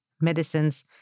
medicines